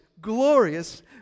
glorious